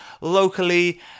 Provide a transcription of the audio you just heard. locally